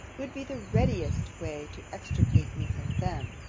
would be the readiest way to extricate me from them.